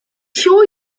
sure